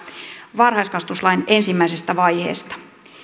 varhaiskasvatuslain ensimmäisestä vaiheesta